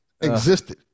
existed